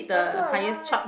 I'm so alive